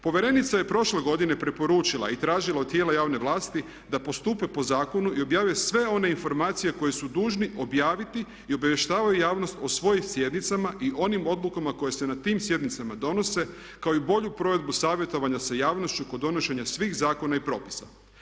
Povjerenica je prošle godine preporučila i tražila od tijela javne vlasti da postupe po zakonu i objave sve one informacije koje su dužni objaviti i obavještavaju javnost o svojim sjednicama i onim odlukama koje se na tim sjednicama donose kao i bolju provedbu savjetovanja sa javnošću kod donošenja svih zakona i propisa.